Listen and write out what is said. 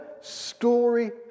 story